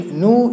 new